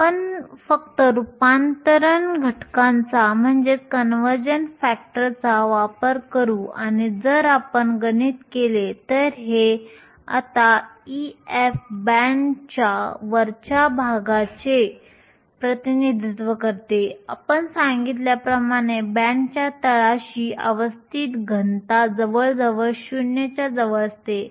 आपण फक्त रूपांतरण घटकाचा वापर करू आणि जर आपण गणित केले तर हे आता Ef बँडच्या वरच्या भागाचे प्रतिनिधित्व करते आपण सांगितल्याप्रमाणे बँडच्या तळाशी अवस्थांची घनता जवळजवळ 0 च्या जवळ असते